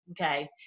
okay